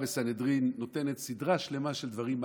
גמרא וסנהדרין נותנות סדרה שלמה של דברים,